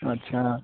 आस्सा